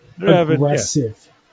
aggressive